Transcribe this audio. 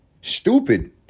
Stupid